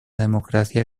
democracia